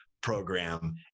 program